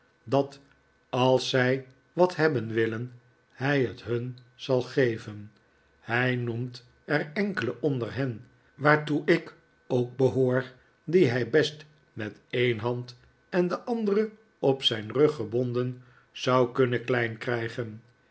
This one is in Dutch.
dat als zij wat hebben willen hij het hun zal geven hij noemt er enkele onder hen waartoe ik ook behoor die hij best met een hand en de andere op zijn rug gebonden zou kunnen klein krijgen